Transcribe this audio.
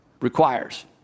requires